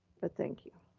but thank you.